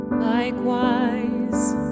Likewise